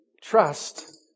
trust